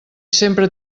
sempre